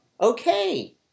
Okay